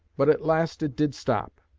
but at last it did stop,